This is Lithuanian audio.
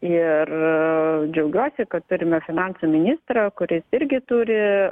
ir džiaugiuosi kad turime finansų ministrą kuris irgi turi